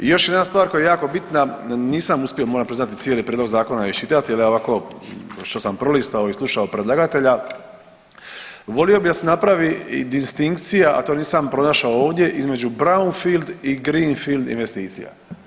I još jedna stvar koja je jako bitna, nisam uspio moram priznati cijeli prijedlog zakona iščitati jer ovako što sam prolistao i slušao predlagatelja, volio bi da se napravi i distinkcija, a to nisam pronašao ovdje između brownfield i greenfield investicija.